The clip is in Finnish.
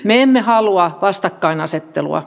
me emme halua vastakkainasettelua